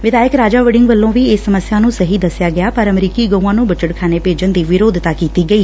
ਵਿਧਾਇਕ ਰਾਜਾ ਵੰਤਿਗ ਵੱਲੋਂ ਵੀ ਇਸ ਸਮੱਸਿਆ ਨੂੰ ਸਹੀ ਦਸਿਆ ਗਿਆ ਪਰ ਅਮਰੀਕੀ ਗਊਆਂ ਨੂੰ ਬੁੱਚੜਖਾਨੇ ਭੇਜਣ ਦੀ ਵਿਰੋਧਤਾ ਕੀਤੀ ਗਈ